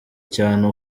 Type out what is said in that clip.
cyane